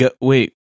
Wait